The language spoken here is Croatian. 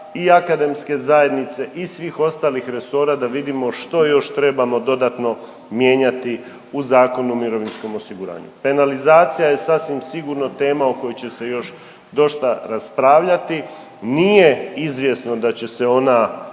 i akademske zajednice i svih ostalih resora da vidimo što još trebamo dodatno mijenjati u Zakonu o mirovinskom osiguranju. Penalizacija je sasvim sigurno tema o kojoj će se još dosta raspravljati. Nije izvjesno da će se ona